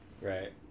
Right